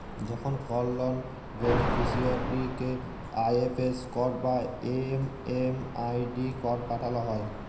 যখন call loan বেনিফিসিরইকে IFS code বা এম.এম.আই.ডি কড পাঠাল হ্যয়